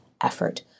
effort